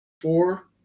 four